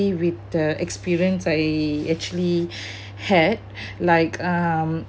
with the experience I actually had like uh